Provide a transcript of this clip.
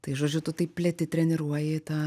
tai žodžiu tu taip plėti treniruoji tą